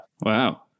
Wow